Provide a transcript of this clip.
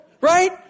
Right